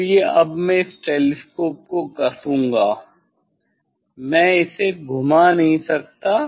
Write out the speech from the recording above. इसलिए अब मैं इस टेलीस्कोप को कसूँगा मैं इसे घुमा नहीं सकता